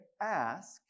ask